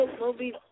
movies